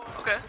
Okay